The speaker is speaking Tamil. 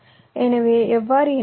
எனவே எவ்வாறு இணைப்பது